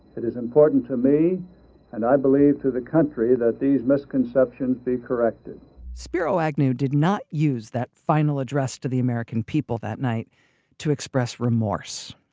it is important to me and, i believe, to the country that these misconceptions be corrected spiro agnew did not use that final address to the american people that night to express remorse,